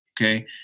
Okay